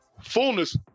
Fullness